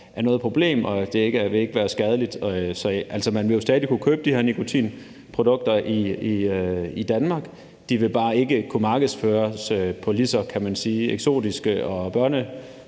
er noget problem, og det vil ikke være skadeligt. Man vil jo stadig kunne købe de her nikotinprodukter i Danmark. De vil bare ikke kunne markedsføres på lige så, kan man